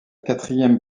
quatrième